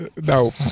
No